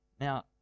Now